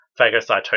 phagocytosis